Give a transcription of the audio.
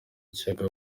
kiyaga